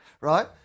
Right